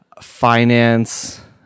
finance